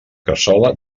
cassola